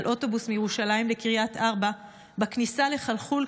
על אוטובוס מירושלים לקריית ארבע בכניסה לחלחול,